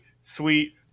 sweet